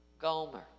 Gomer